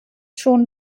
schon